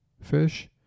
fish